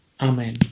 Amen